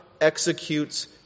Executes